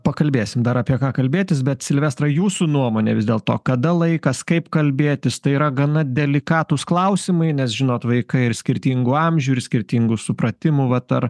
pakalbėsim dar apie ką kalbėtis bet silvestra jūsų nuomone vis dėlto kada laikas kaip kalbėtis tai yra gana delikatūs klausimai nes žinot vaikai ir skirtingų amžių ir skirtingų supratimų vat ar